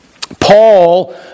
Paul